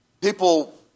People